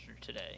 today